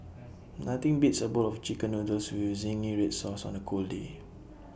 nothing beats A bowl of Chicken Noodles with Zingy Red Sauce on A cold day